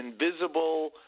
invisible